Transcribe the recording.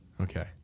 Okay